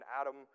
Adam